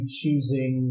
choosing